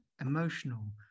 emotional